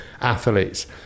athletes